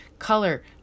color